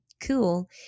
cool